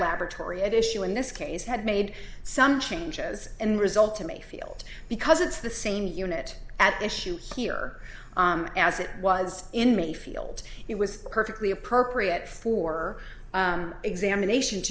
laboratory at issue in this case had made some changes in result in a field because it's the same unit at issue here as it was in mayfield it was perfectly appropriate for examination